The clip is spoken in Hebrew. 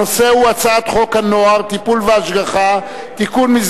הנושא הוא הצעת חוק הנוער (טיפול והשגחה) (תיקון,